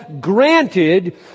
granted